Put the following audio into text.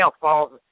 falls